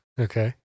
okay